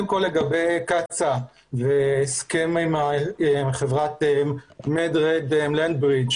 קודם כל לגבי קצ"א והסכם עם חברת האם מדרג וחברת לנדברידג.